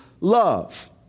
love